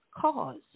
cause